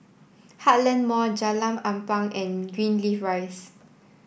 Heartland Mall Jalan Ampang and Greenleaf Rise